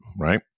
right